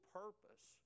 purpose